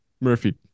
Murphy